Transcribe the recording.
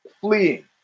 fleeing